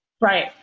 Right